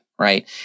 right